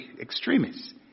Extremists